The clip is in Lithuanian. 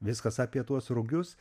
viskas apie tuos rugius